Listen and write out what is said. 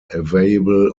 available